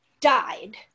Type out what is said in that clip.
died